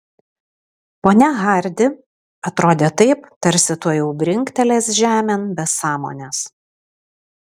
ponia hardi atrodė taip tarsi tuojau brinktelės žemėn be sąmonės